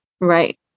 Right